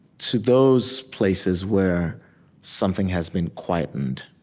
to those places where something has been quietened,